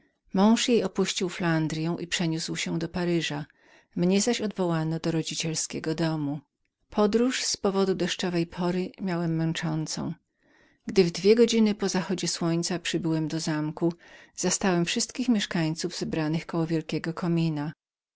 jej opuścił flandryę i przeniósł się do paryża mnie zaś odwołano do rodzicielskiego domu po nieznośnej podróży z powodu spóźnionej pory we dwie godzin po zachodzie słońca przybyłem do zamku gdzie zastałem wszystkich mieszkańców zebranych koło wielkiego komina